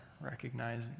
recognize